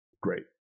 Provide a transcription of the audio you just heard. great